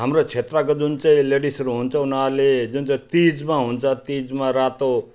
हाम्रो क्षेत्रको जुन चाहिँ लेडिजहरू हुन्छ उनीहरूले जुन चाहिँ तिजमा हुन्छ तिजमा रातो